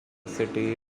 city